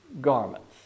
garments